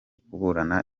kuburana